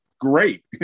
Great